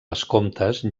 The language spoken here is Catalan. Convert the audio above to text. vescomtes